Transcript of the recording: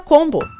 Combo